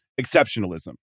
exceptionalism